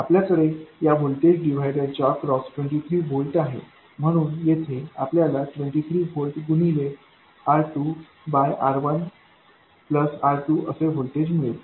आपल्याकडे या voltage divider च्या अक्रॉस 23 व्होल्ट आहे म्हणून येथे आपल्याला 23 व्होल्ट गुणिले R2बाय R1प्लस R2असे व्होल्टेज मिळेल